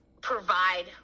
provide